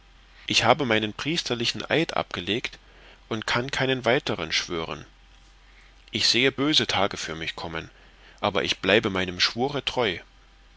ich habe meinen priesterlichen eid abgelegt und kann keinen anderen schwören ich sehe böse tage für mich kommen aber ich bleibe meinem schwure treu